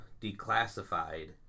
Declassified